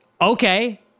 Okay